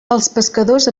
pescadors